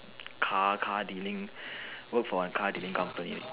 car car dealing for a car dealing company